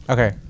Okay